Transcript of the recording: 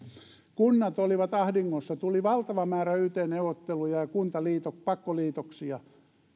kunnat olivat ahdingossa tuli valtava määrä yt neuvotteluja ja kuntapakkoliitoksia